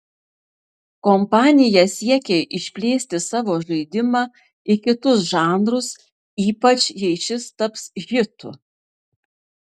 kompanija siekia išplėsti savo žaidimą į kitus žanrus ypač jei šis taps hitu